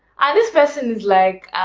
and this person is like